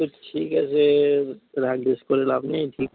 সে ঠিক আছে রাগ দ্বেষ করে লাভ নেই ঠিক